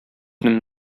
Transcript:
dem